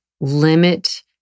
limit